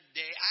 day